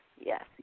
yes